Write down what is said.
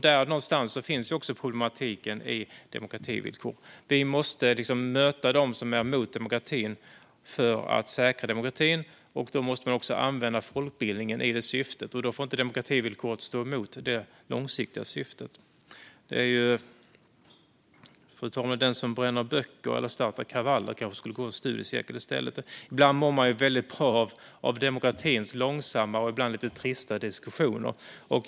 Där någonstans finns också problematiken i demokrativillkor. Vi måste möta dem som är emot demokratin för att säkra demokratin, och då måste man också använda folkbildningen i det syftet. Då får inte demokrativillkoret stå emot det långsiktiga syftet. Den som bränner böcker eller startar kravaller, fru talman, kanske skulle gå en studiecirkel i stället. Ibland mår man väldigt bra av demokratins långsamma och ibland lite trista diskussioner.